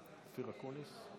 הקולות.